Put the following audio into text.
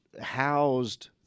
housed